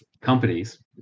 companies